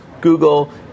Google